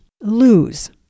lose